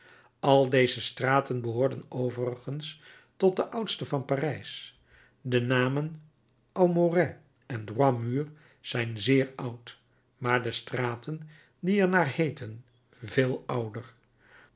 al deze straten behoorden overigens tot de oudste van parijs de namen aumaurais en droit mur zijn zeer oud maar de straten die er naar heeten veel ouder